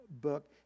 Book